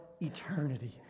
eternity